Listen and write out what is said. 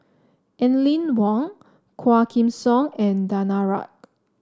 Aline Wong Quah Kim Song and Danaraj